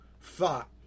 thought